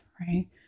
Right